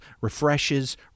refreshes